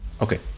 Okay